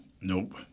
Nope